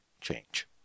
change